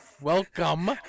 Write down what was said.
welcome